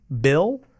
bill